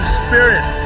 spirit